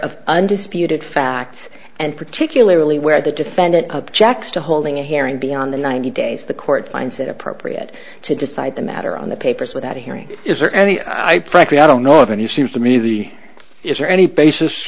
of undisputed facts and particularly where the defendant objects to holding a hearing beyond the ninety days the court finds it appropriate to decide the matter on the papers without a hearing is there any i practice i don't know of any seems to me the is there any basis